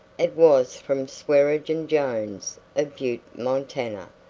it was from swearengen jones, of butte, montana,